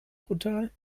brutal